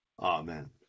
Amen